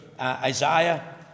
Isaiah